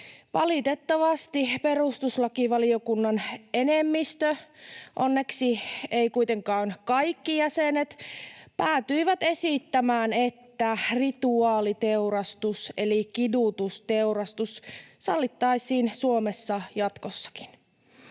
Valitettavasti perustuslakivaliokunnan enemmistö — onneksi eivät kuitenkaan kaikki jäsenet — päätyi esittämään, että rituaaliteurastus eli kidutusteurastus sallittaisiin Suomessa jatkossakin.